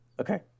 Okay